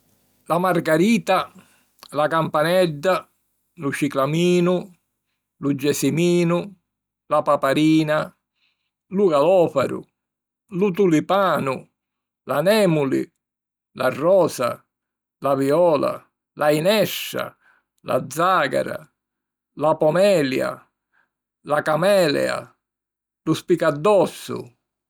la margarita, la campanedda, lu ciclaminu, lu gesiminu, la paparina, lu galofaru, lu tulipanu, l'anèmuli, la rosa, la viola, la jinestra, la zàgara, la pomelia, la camelea, lu spicaddossu